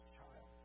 Child